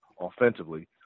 offensively